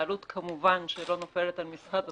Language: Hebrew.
העלות כמובן שלא נופלת על משרד הבריאות.